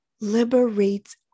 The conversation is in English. liberates